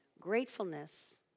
Gratefulness